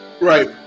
Right